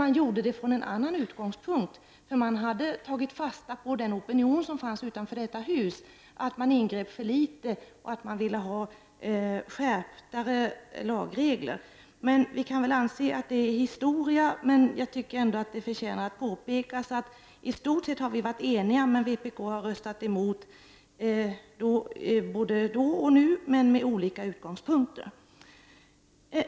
Det skedde dock från en annan utgångspunkt. Man hade tagit fasta på en opinion utanför detta hus mot att det ingreps för litet och för en skärpning av lagreglerna. Detta kan visserligen anses vara historia, men det förtjänar ändå att påpekas att vi i stort sett har varit eniga men att vpk har gått emot både då och nu, men från olika utgångspunkter.